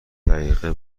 دقیقه